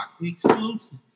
exclusive